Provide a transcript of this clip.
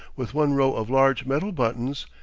with one row of large metal buttons,